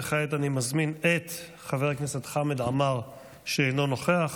וכעת אני מזמין את חבר הכנסת חמד עמאר, אינו נוכח,